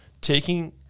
taking